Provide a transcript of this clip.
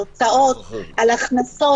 על הוצאות והכנסות.